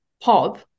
pop